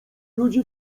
ludzi